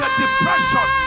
depression